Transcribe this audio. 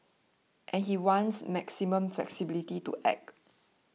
and he wants maximum flexibility to act